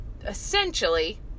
essentially